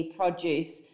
produce